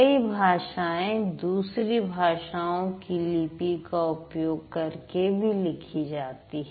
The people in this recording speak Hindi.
कई भाषाएं दूसरी भाषाओं की लिपि का उपयोग करके भी लिखी जाती है